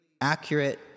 accurate